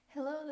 Hello